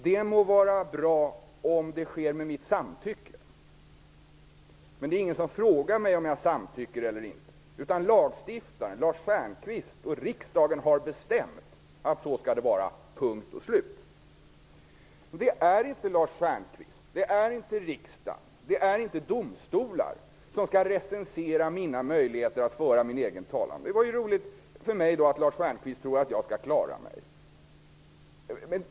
Det må vara bra, om det sker med mitt samtycke. Men det är ingen som frågar mig om jag samtycker eller inte. Lagstiftaren, Lars Stjernkvist och riksdagen, har bestämt att det skall vara så -- punkt och slut. Det är inte Lars Stjernkvist, riksdagen eller domstolar som skall recensera mina möjligheter att föra min egen talan. Det är ju roligt för mig att Lars Stjernkvist tror att jag skall klara mig.